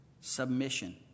Submission